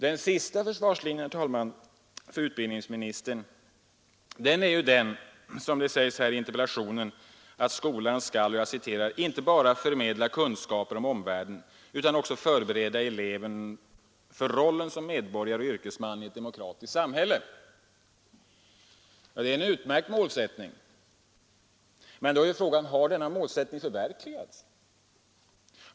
Den sista försvarslinjen, herr talman, för utbildningsministern är den, som det sägs i interpellationssvaret, att skolan skall ”inte bara förmedla kunskaper om omvärlden utan också förbereda eleven för rollen som en medborgare och yrkesman i ett demokratiskt samhälle”. Det är en utmärkt målsättning. Men då är frågan: Har denna målsättning förverkligats?